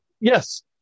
yes